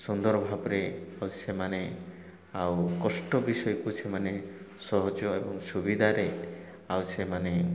ସୁନ୍ଦର ଭାବରେ ଆଉ ସେମାନେ ଆଉ କଷ୍ଟ ବିଷୟକୁ ସେମାନେ ସହଜ ଏବଂ ସୁବିଧାରେ ଆଉ ସେମାନେ